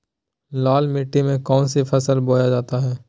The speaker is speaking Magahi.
लाल मिट्टी में कौन सी फसल बोया जाता हैं?